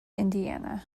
indiana